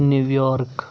New York